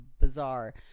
bizarre